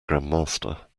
grandmaster